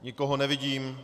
Nikoho nevidím.